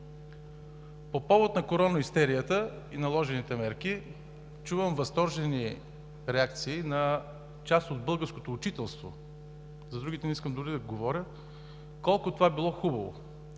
По повод на короноистерията и наложените мерки чувам възторжени реакции на част от българското учителство, за другите не искам дори да говоря, колко това било хубаво,